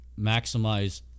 maximize